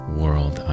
world